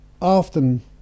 often